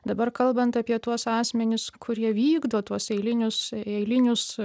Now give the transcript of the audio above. dabar kalbant apie tuos asmenis kurie vykdo tuos eilinius eilinius